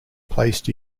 placed